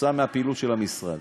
כתוצאה מהפעילות של המשרד,